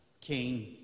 King